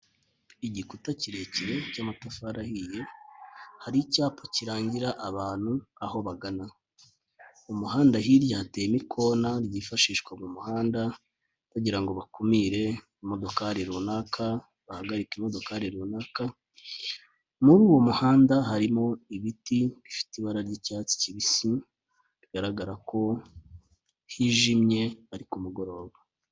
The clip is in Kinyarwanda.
Igikuta kirekire cy'amatafari ahiye, hari icyapa kirangira abantu aho bagana, mu muhanda hirya hateyemo ikona ryifashishwa mu muhanda bagirango bakumire imodokari runaka, bahagarika imodoka runaka, muri uwo muhanda harimo ibiti bifite ibara ry'icyatsi kibisi, bigaragara ko hijimye ari ku mugoroba.